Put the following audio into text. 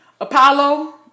Apollo